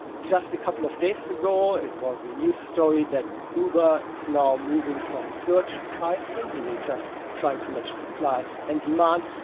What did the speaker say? just a couple of days ago it was a news story that uber is now moving from surge pricing, meaning just trying to match supply and demand,